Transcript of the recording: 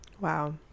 Wow